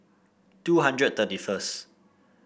two hundred thirty first